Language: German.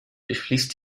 durchfließt